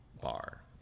bar